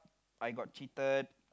I got cheated